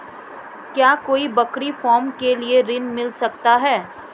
क्या कोई बकरी फार्म के लिए ऋण मिल सकता है?